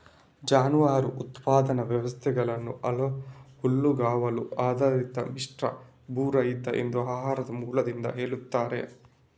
ಜಾನುವಾರು ಉತ್ಪಾದನಾ ವ್ಯವಸ್ಥೆಗಳನ್ನ ಹುಲ್ಲುಗಾವಲು ಆಧಾರಿತ, ಮಿಶ್ರ, ಭೂರಹಿತ ಎಂದು ಆಹಾರದ ಮೂಲದಿಂದ ಹೇಳ್ತಾರೆ